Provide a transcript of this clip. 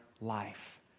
life